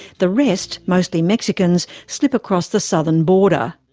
the rest, mostly mexicans, slip across the southern border.